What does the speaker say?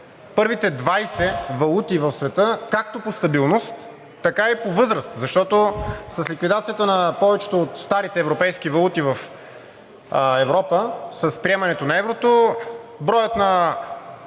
първите 20 валути в света както по стабилност, така и по възраст, защото с ликвидацията на повечето от старите европейски валути в Европа, с приемането на еврото броят на